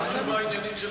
מה התשובה העניינית של,